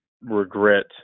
regret